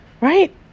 Right